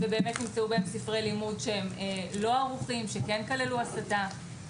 שנמצאו בהם ספרי לימוד שאינם ערוכים ושכללו הסתה.